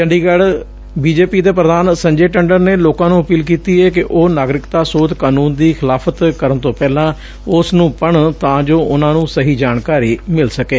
ਚੰਡੀਗੜ੍ਹ ਚ ਬੀਜੇਪੀ ਦੇ ਪ੍ਧਾਨ ਸੰਜੇ ਟੰਡਨ ਨੇ ਲੋਕਾਂ ਨੂੰ ਅਪੀਲ ਕੀਤੀ ਏ ਕਿ ਉਹ ਨਾਗਰਿਕਤਾ ਸੋਧ ਕਾਨੂੰਨ ਦੀ ਖਿਲਾਫ਼ਤ ਕਰਨ ਤੋਂ ਪਹਿਲਾਂ ਉਸ ਨੂੰ ਪੜਨ ਤਾਂ ਜੋ ਉਨੂਾਂ ਨੂੰ ਨਹੀਂ ਜਾਣਕਾਰੀ ਮਿਲ ਸਕੇ